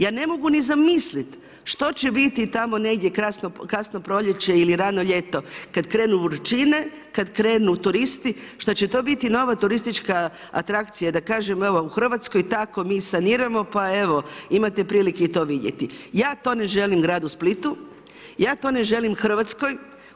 Ja ne mogu ni zamisliti što će biti tamo negdje kasno proljeće ili ranio ljeto kad krenu vrućine, kad krenu turistu, što će to biti nova turistička atrakcija, da kažemo „evo u Hrvatskoj tako mi saniramo pa evo prilike i to vidjeti“, ja to ne želim gradu Splitu, ja to ne želim Hrvatskoj.